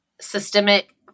systemic